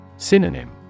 Synonym